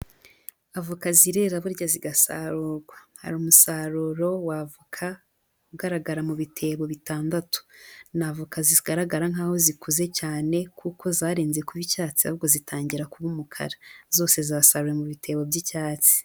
Avoka zirera burya zigasarurwa, hari umusaruro w'avoka ugaragara mu bitebo bitandatu, ni avoka zigaragara nkaho zikuze cyane kuko zarenze kuba icyatsi, ahubwo zitangira kuba umukara zose zasaruriwe mu bitebo by'icyatsi.